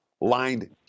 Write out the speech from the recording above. lined